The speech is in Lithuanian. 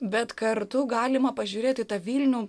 bet kartu galima pažiūrėt į tą vilnių